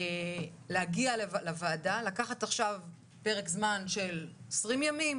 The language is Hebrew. להגיע לוועדה, לקחת עכשיו פרק זמן של 20 ימים